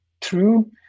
true